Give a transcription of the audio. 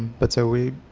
but so we,